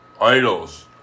idols